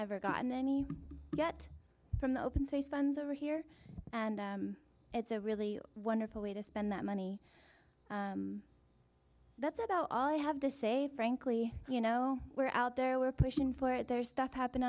ever gotten any yet from the open space funds over here and it's a really wonderful way to spend that money that's about all i have to say frankly you know we're out there were pushing for their stuff happen